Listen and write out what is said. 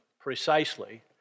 precisely